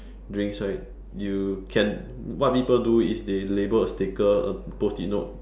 drinks right you can what people do is they label a sticker a post it note